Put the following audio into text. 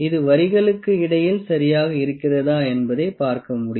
இது வரிகளுக்கு இடையில் சரியாக இருக்கிறதா என்பதை பார்க்க வேண்டும்